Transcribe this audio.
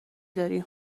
داریم